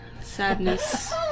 Sadness